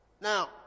Now